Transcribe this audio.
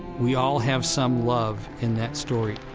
we all have some love in that story.